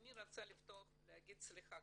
אני רוצה לפתוח ולהגיד סליחה,